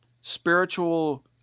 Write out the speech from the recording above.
spiritual